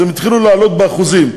אז הם התחילו לעלות באחוזים,